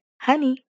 honey